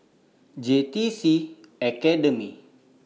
J T C Academy